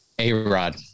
A-Rod